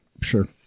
sure